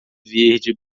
verde